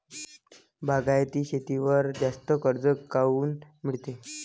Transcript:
बागायती शेतीवर जास्त कर्ज काऊन मिळते?